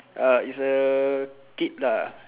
ah is a kid lah